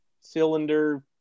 cylinder